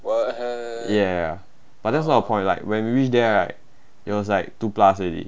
ya but that's not the point like when we reach there it was like two plus already